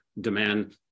demand